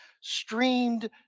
streamed